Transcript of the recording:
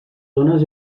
zones